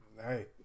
Hey